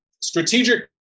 strategic